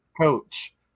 coach